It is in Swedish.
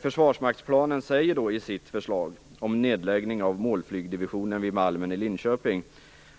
Försvarsmakten säger i sitt förslag om nedläggning av målflygsdivisionen vid Malmen i Linköping